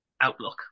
outlook